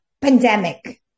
Pandemic